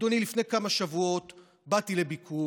אדוני, לפני כמה שבועות באתי לביקור.